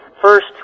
first